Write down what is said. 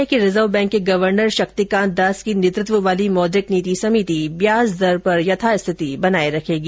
संभावना है कि रिजर्व बैंक के गवर्नर शक्तिकांत दास की नेतृत्व वाली मौद्रिक नीति समिति ब्याजदर पर यथा स्थिति बनाए रखेगी